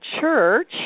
Church